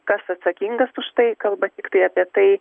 kas atsakingas už tai kalba tiktai apie tai